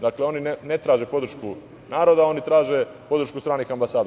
Dakle, oni ne traže podršku naroda, oni traže podršku stranih ambasada.